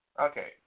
Okay